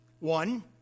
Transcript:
One